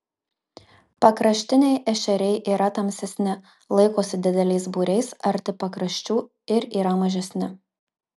pakraštiniai ešeriai yra tamsesni laikosi dideliais būriais arti pakraščių ir yra mažesni